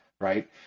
right